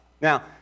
Now